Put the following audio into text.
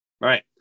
Right